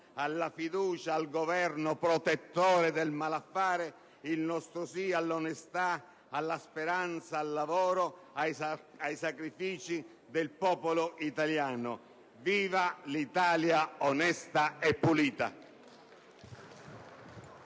alla fiducia al Governo protettore del malaffare, il nostro sì all'onestà, alla speranza, al lavoro, ai sacrifici del popolo italiano. Viva l'Italia onesta e pulita!